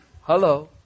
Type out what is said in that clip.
Hello